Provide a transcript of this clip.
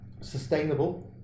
sustainable